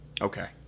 Okay